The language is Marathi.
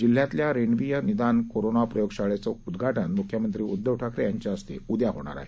जिल्ह्यातल्या रेण्वीय निदान कोरोना प्रयोगशाळेचं उद्घाटन मुख्यमंत्री उद्घव ठाकरे यांच्या हस्ते उद्या होणार आहे